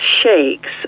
shakes